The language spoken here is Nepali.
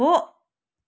हो